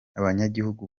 abanyagihugu